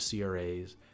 CRAs